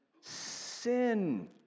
sin